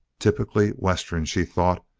typically western, she thought,